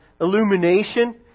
illumination